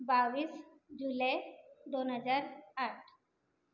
बावीस जुलै दोन हजार आठ